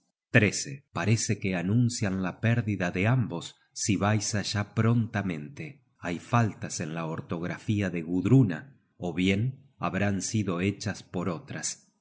runas parece que anuncian la pérdida de ambos si vais allá prontamente hay faltas en la ortografía de gudruna ó bien habrán sido hechas por otras